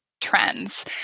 trends